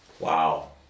Wow